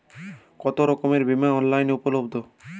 কতোরকমের বিমা অনলাইনে উপলব্ধ?